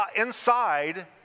inside